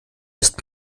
ist